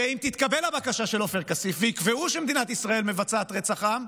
ואם תתקבל הבקשה של עופר כסיף ויקבעו שמדינת ישראל מבצעת רצח עם,